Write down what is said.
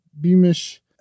Beamish